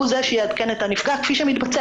הוא זה שיעדכן את הנפגע כפי שמתבצע.